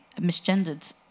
misgendered